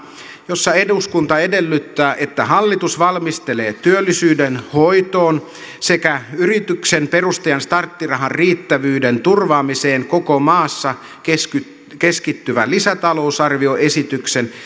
jossa eduskunta edellyttää että hallitus valmistelee työllisyyden hoitoon sekä yrityksen perustajan starttirahan riittävyyden turvaamiseen koko maassa keskittyvän keskittyvän lisätalousarvioesityksen